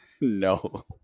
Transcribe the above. no